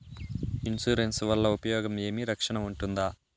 Insurance వల్ల ఉపయోగం ఏమి? రక్షణ ఉంటుందా?